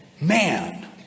man